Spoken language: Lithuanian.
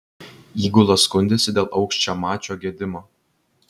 įgula skundėsi dėl aukščiamačio gedimo